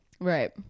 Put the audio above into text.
right